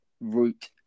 route